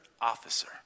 officer